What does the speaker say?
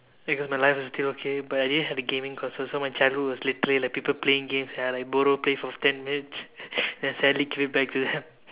because my life was still okay but I didn't have a gaming console so my childhood was literally like people playing games and I like borrow play for ten minutes then I sadly give it back to them